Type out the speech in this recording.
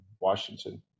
Washington